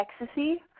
Ecstasy